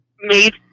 made